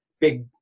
big